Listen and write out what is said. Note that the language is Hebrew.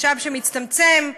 משאב שמצטמצם,